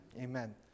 Amen